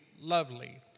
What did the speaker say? lovely